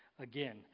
again